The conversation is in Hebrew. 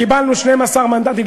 קיבלנו 12 מנדטים,